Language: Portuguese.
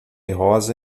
rosa